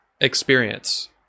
experience